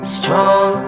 strong